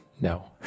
No